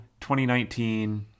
2019